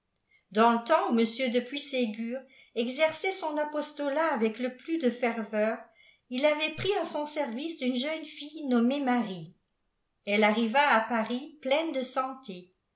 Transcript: pians le temps où m de puységur exerçait son apostolat avec le plus de ferveur il avait pris à son service une jeun fille npmmée marie ëhe arriva à paris pleine de santé